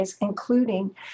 including